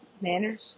manners